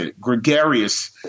gregarious